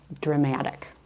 dramatic